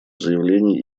заявлений